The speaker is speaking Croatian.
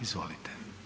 Izvolite.